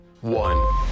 one